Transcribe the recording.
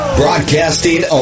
broadcasting